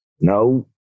No